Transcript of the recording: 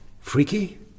Freaky